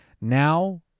Now